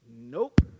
Nope